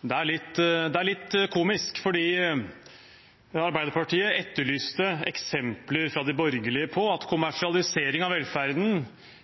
Det er litt komisk. Arbeiderpartiet etterlyste fra de borgerlige eksempler på at kommersialisering av velferden